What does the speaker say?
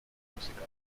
musical